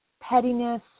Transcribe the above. pettiness